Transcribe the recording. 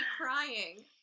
crying